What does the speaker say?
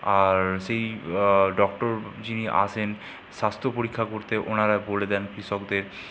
আর সেই ডক্টর যিনি আসেন স্বাস্থ্য পরীক্ষা করতে ওনারা বলে দেন কৃষকদের